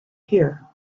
here